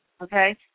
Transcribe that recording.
okay